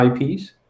IPs